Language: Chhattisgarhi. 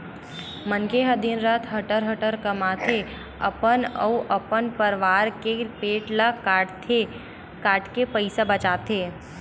मनखे ह दिन रात हटर हटर कमाथे, अपन अउ अपन परवार के पेट ल काटके पइसा बचाथे